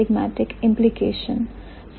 Syntagmatic implication क्या है